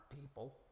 people